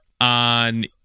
on